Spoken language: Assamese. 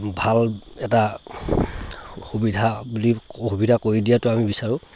ভাল এটা সুবিধা বুলি ক সুবিধা কৰি দিয়াটো আমি বিচাৰোঁ